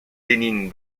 lénine